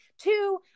Two